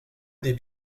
des